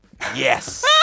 Yes